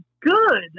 Good